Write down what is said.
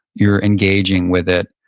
you're engaging with it.